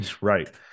Right